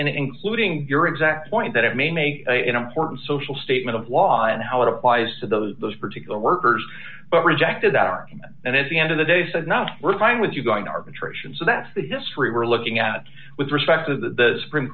including your exact point that it may make an important social statement of law and how it applies to those those particular workers rejected that argument and at the end of the day said not we're going with you going to arbitration so that's the history we're looking at with respect to the supreme